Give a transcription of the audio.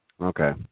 Okay